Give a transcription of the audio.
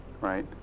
right